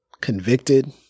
convicted